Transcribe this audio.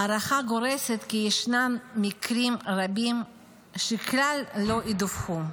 ההערכה גורסת כי ישנם מקרים רבים שכלל לא ידווחו,